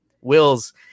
wills